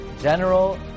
General